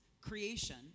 creation